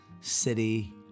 City